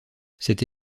cette